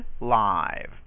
live